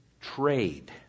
trade